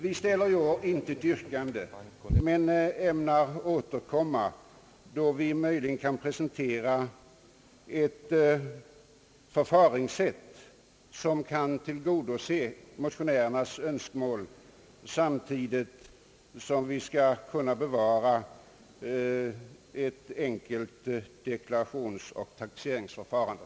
Vi ställer i år inte något yrkande men ämnar återkomma, då vi kan presentera ett förfaringssätt som kan tillgodose motionärernas önskemål samtidigt som vi skall kunna bevara ett enkelt deklarationsoch taxeringsförfarande.